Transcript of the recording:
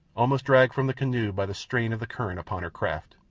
almost dragged from the canoe by the strain of the current upon her craft.